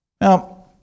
Now